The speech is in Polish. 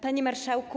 Panie Marszałku!